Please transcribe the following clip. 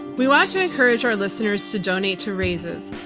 we want to encourage our listeners to donate to raices,